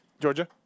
Georgia